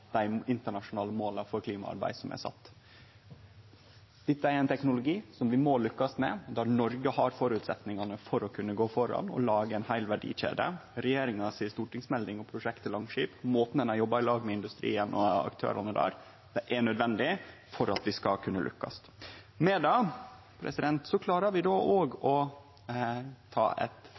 dei internasjonale måla som er sette for klimaarbeidet. Dette er ein teknologi vi må lykkast med, og der Noreg har føresetnadene for å kunne gå framfor og lage ei heil verdikjede. Stortingsmeldinga til regjeringa og prosjektet Langskip og måten ein har jobba i lag med industrien og aktørane der på, er nødvendig for at vi skal kunne lykkast. Med det klarar vi òg i praktisk politikk å ta